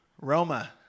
Roma